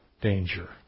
danger